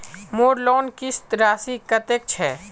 मोर लोन किस्त राशि कतेक छे?